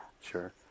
Sure